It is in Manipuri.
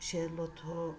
ꯁꯦ ꯂꯧꯊꯣꯛ